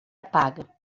apaga